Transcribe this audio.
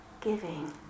giving